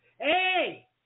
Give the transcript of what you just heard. Hey